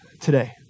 today